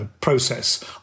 process